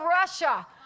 Russia